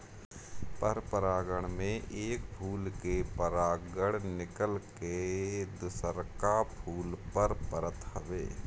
परपरागण में एक फूल के परागण निकल के दुसरका फूल पर परत हवे